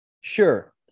Sure